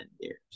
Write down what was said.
years